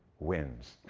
wins.